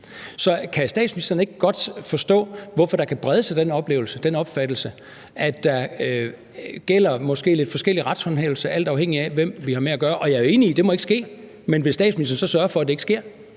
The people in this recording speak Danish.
kan statsministeren ikke godt forstå, hvorfor der kan brede sig den opfattelse, at der gælder måske lidt forskellig retshåndhævelse alt afhængigt, af hvem vi har med at gøre? Jeg er jo enig i, at det ikke må ske, men vil statsministeren så sørge for, at det ikke sker?